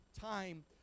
time